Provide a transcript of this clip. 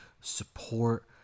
support